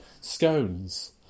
Scones